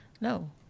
No